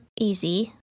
easy